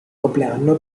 compleanno